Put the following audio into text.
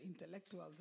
intellectuals